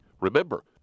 Remember